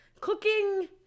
cooking